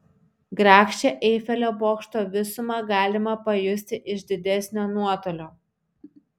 grakščią eifelio bokšto visumą galima pajusti iš didesnio nuotolio